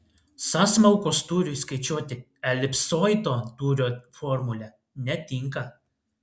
sąsmaukos tūriui skaičiuoti elipsoido tūrio formulė netinka